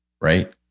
Right